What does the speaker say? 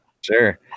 Sure